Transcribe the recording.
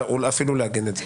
אפילו לעגן את זה.